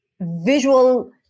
visual